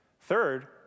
Third